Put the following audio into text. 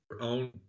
own